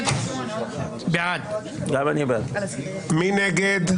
מי נגד?